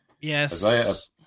Yes